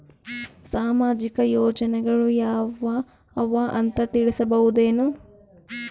ಸಾಮಾಜಿಕ ಯೋಜನೆಗಳು ಯಾವ ಅವ ಅಂತ ತಿಳಸಬಹುದೇನು?